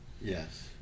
Yes